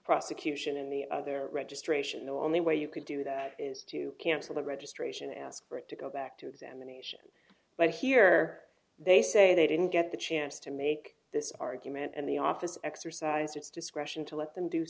prosecution in the other registration on the way you could do that is to cancel the registration ask for it to go back to examination but here they say they didn't get the chance to make this argument and the office exercised its discretion to let them do